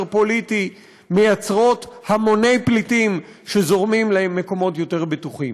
פוליטי מייצרות המוני פליטים שזורמים למקומות יותר בטוחים.